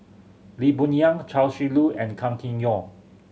Lee Boon Yang Chia Shi Lu and Kam Kee Yong